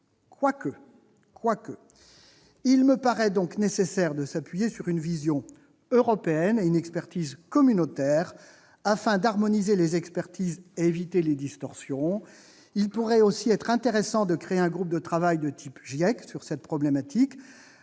Quoique ... Il me paraît donc nécessaire de s'appuyer sur une vision européenne et une expertise communautaire, afin d'harmoniser les expertises et d'éviter les distorsions. Il pourrait aussi être intéressant de créer un groupe de travail de type du groupe